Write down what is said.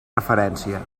referència